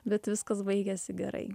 bet viskas baigėsi gerai